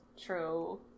True